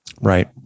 Right